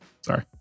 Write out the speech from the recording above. Sorry